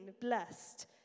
blessed